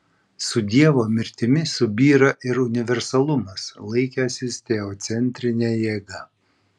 su dievo mirtimi subyra ir universalumas laikęsis teocentrine jėga